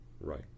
Right